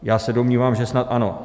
Já se domnívám, že snad ano.